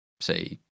say